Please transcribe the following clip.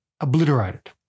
obliterated